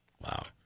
Wow